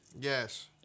Yes